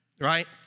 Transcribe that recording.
Right